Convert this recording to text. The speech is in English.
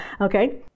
Okay